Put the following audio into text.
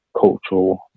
cultural